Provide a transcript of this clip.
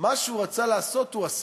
הוא עשה.